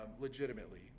legitimately